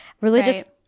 religious